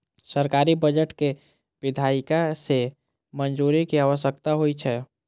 सरकारी बजट कें विधायिका सं मंजूरी के आवश्यकता होइ छै